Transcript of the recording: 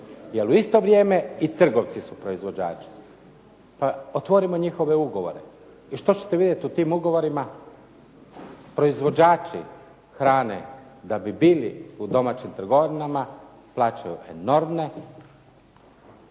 jer u isto vrijeme i trgovci su proizvođači. Pa otvorimo njihove ugovore i što ćete vidjeti u tim ugovorima? Proizvođači hrane, da bi bili u domaćim trgovinama, plaćaju enormne